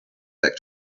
back